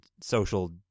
social